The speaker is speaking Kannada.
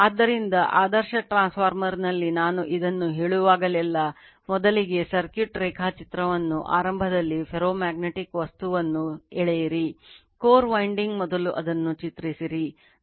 ಆದ್ದರಿಂದ ಆದರ್ಶ ಟ್ರಾನ್ಸ್ಫಾರ್ಮರ್ನಲ್ಲಿ ನಾನು ಇದನ್ನು ಹೇಳುವಾಗಲೆಲ್ಲಾ ಮೊದಲಿಗೆ ಸರ್ಕ್ಯೂಟ್ ರೇಖಾಚಿತ್ರವನ್ನು ಆರಂಭದಲ್ಲಿ ಫೆರೋಮ್ಯಾಗ್ನೆಟಿಕ್ ವಸ್ತುವನ್ನು ಎಳೆಯಿರಿ ಕೋರ್ winding ಮೊದಲು ಅದನ್ನು ಚಿತ್ರಿಸಿರಿ